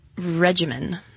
regimen